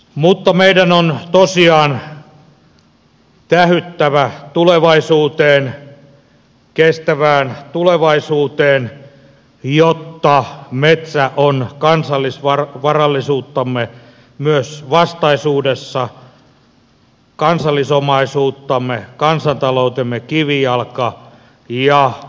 mutta meidän on tosiaan tähyttävä tulevaisuuteen kestävään tulevaisuuteen jotta metsä on kansallisvarallisuuttamme myös vastaisuudessa kansallisomaisuuttamme kansantaloutemme kivijalka ja suomalaisessa omistuksessa